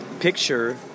picture